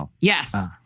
yes